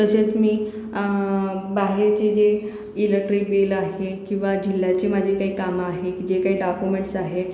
तसेच मी बाहेरची जी इलेक्ट्रिक बिल आहे किंवा जिल्ह्याची माझी काही कामं आहेत जे काही डॉकुमेंट्स आहेत